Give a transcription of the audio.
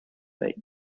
fate